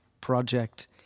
project